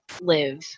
live